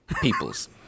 peoples